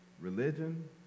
religion